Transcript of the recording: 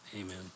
amen